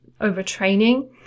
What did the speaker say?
Overtraining